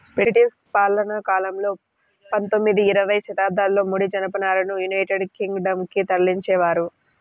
British పాలనాకాలంలో పందొమ్మిది, ఇరవై శతాబ్దాలలో ముడి జనపనారను యునైటెడ్ కింగ్ డం కు తరలించేవారు